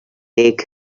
take